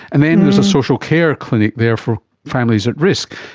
and then there's a social care clinic there for families at risk.